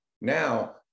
Now